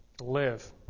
live